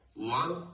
One